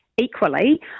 Equally